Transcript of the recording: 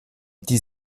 die